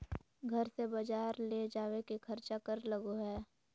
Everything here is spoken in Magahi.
घर से बजार ले जावे के खर्चा कर लगो है?